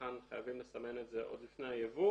הצרכן חייבים לסמן את זה עוד לפני הייבוא.